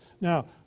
Now